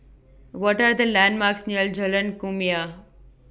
What Are The landmarks near Jalan Kumia